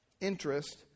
interest